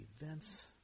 events